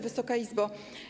Wysoka Izbo!